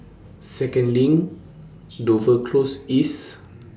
Second LINK Dover Close East